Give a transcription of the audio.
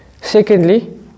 Secondly